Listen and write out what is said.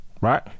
right